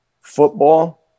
Football